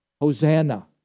Hosanna